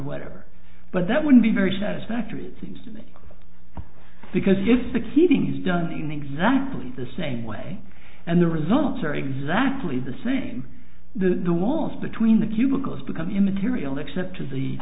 whatever but that wouldn't be very satisfactory seems to me because if succeeding is done in exactly the same way and the results are exactly the same the walls between the cubicles become immaterial except for the